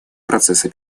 процесса